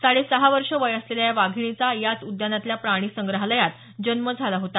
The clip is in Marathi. साडे सहा वर्ष वय असलेल्या या वाघिणीचा याच उद्यानातल्या प्राणी संग्रहालयात जन्म झाला होता